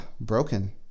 broken